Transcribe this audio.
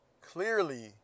clearly